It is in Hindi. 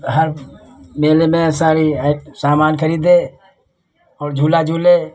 हर मेले में साड़ी सामान खरीदे और झूला झूले